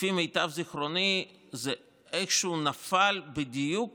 לפי מיטב זיכרוני, זה איכשהו נפל בדיוק